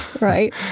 Right